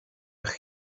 eich